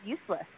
useless